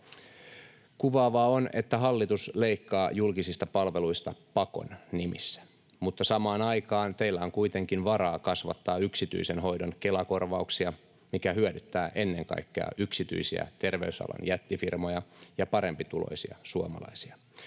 Kuvaavaa on, että hallitus leikkaa julkisista palveluista pakon nimissä, mutta samaan aikaan teillä on kuitenkin varaa kasvattaa yksityisen hoidon Kela-korvauksia, mikä hyödyttää ennen kaikkea yksityisiä terveysalan jättifirmoja ja parempituloisia suomalaisia.